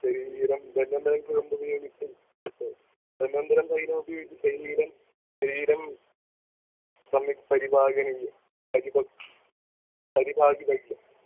शरीरं धन्वन्तरं कुर्वन् धन्वन्तरं तैलं शरीरं शरीरं सम्यक् परिपालनीयं परिपालनं परिपालितव्यं